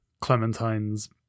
Clementine's